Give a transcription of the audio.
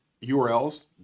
URLs